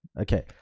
okay